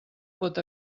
pot